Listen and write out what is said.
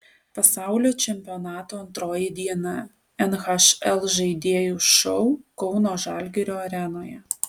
pasaulio čempionato antroji diena nhl žaidėjų šou kauno žalgirio arenoje